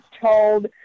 told